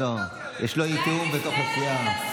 לא, יש לו, בתוך הסיעה.